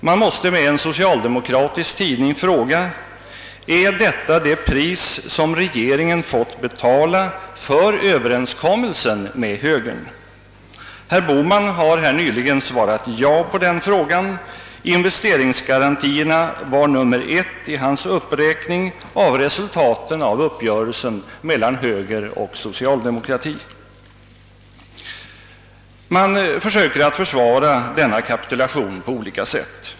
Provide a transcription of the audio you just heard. Man måste med en socialdemokratisk tidning fråga: Är detta det pris som regeringen fått betala för överenskommelsen med högern? Herr Bohman har här nyligen svarat ja på den frågan. Investeringsgarantierna var nummer ett i hans upp Man försöker försvara denna' kapitulation på olika sätt.